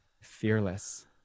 fearless